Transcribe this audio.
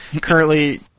currently